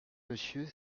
monsieur